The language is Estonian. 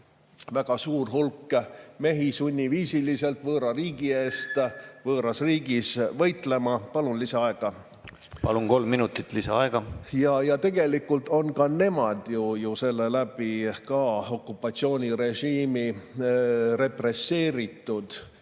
väga suur hulk mehi sunniviisiliselt võõra riigi eest võõras riigis võitlema. Palun lisaaega. Palun, kolm minutit lisaaega! Ja tegelikult on ka nemad ju seeläbi okupatsioonirežiimi poolt represseeritud